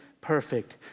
perfect